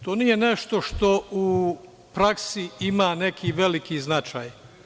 To nije nešto što u praksi ima neki veliki značaj.